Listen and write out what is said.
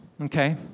okay